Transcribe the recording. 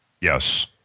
Yes